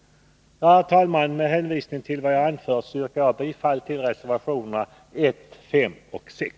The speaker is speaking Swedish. Herr talman! Med hänvisning till vad jag anfört yrkar jag bifall till reservationerna 1, 5 och 6.